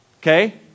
okay